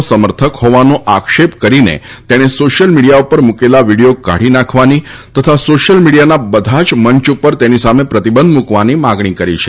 નો સમર્થક હોવાનો આક્ષેપ કરીને તેણે સોશ્યલ મીડિયા ઉપર મૂકેલા વિડીયો કાઢી નાખવાની તથા સોશ્યલ મીડિયાના બધા જ મંચ ઉપર તેની સામે પ્રતિબંધ મૂકવાની માંગણી કરી છે